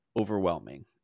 overwhelming